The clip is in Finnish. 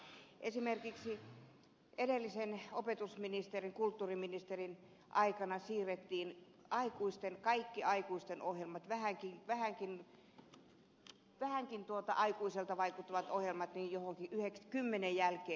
esimerkiksi edellisen opetusministerin kulttuuriministerin aikana siirrettiin kaikki aikuisten ohjelmat vähänkin aikuisilta vaikuttavat ohjelmat iltakymmenen jälkeen